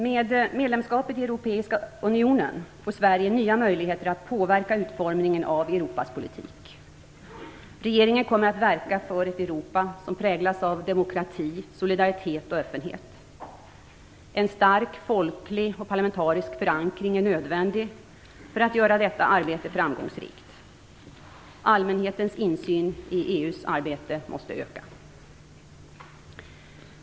Med medlemskapet i Europeiska unionen får Sverige nya möjligheter att påverka utformningen av Europas politik. Regeringen kommer att verka för ett Europa som präglas av demokrati, solidaritet och öppenhet. En stark folklig och parlamentarisk förankring är nödvändig för att göra detta arbete framgångsrikt. Allmänhetens insyn i EU:s arbete måste öka.